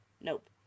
nope